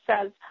says